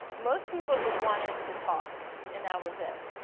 most people just wanted to talk and that was it.